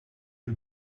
you